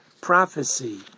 prophecy